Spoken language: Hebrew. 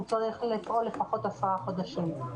הוא צריך לפעול לפחות עשרה חודשים.